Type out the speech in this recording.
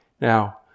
now